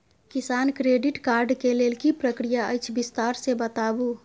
किसान credit card के लेल की प्रक्रिया अछि विस्तार से बताबू?